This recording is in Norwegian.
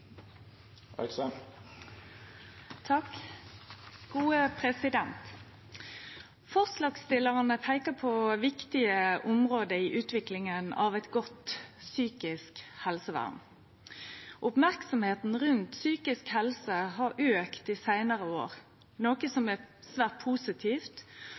Forslagsstillarane peikar på viktige område i utviklinga av eit godt psykisk helsevern. Merksemda rundt psykisk helse har auka dei seinare åra, noko som er svært positivt